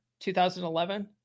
2011